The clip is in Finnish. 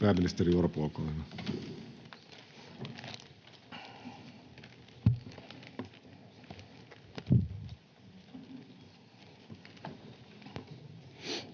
Pääministeri Orpo, olkaa hyvä.